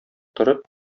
торып